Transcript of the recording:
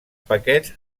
paquets